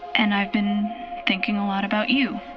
and i've been thinking a lot about you.